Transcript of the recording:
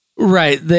Right